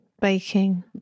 baking